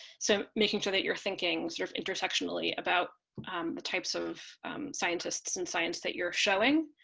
so making sure that you're thinking sort of intersection really about the types of scientists and science that you're showing